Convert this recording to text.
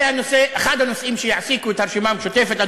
זה אחד הנושאים שיעסיקו את הרשימה המשותפת,